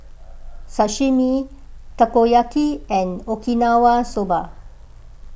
Sashimi Takoyaki and Okinawa Soba